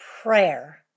prayer